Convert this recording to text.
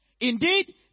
Indeed